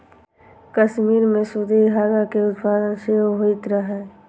कश्मीर मे सूती धागा के उत्पादन सेहो होइत रहै